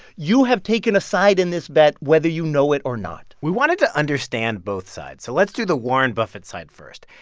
you have taken a side in this bet, whether you know it or not we wanted to understand both sides, so let's do the warren buffett side first.